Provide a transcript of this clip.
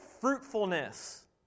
fruitfulness